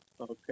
Okay